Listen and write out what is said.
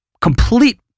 complete